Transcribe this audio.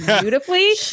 beautifully